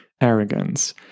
arrogance